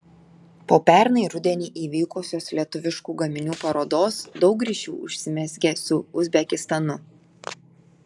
po pernai rudenį įvykusios lietuviškų gaminių parodos daug ryšių užsimezgė su uzbekistanu